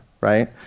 right